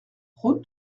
route